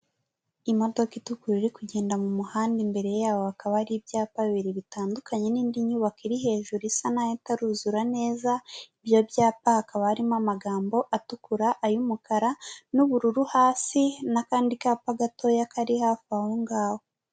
Imodoka itukura iri kugenda mu muhanda imbere yaho hakaba ari ibyapa bibiri bitandukanye n'indi nyubako iri hejuru isa naho itaruzura neza, ibyo byapa hakaba harimo amagambo atukura, ay'umukara n'ubururu hasi n'akandi kapa gatoya kari hafi aho ngaho.